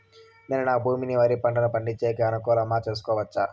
నేను నా భూమిని వరి పంట పండించేకి అనుకూలమా చేసుకోవచ్చా?